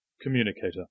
communicator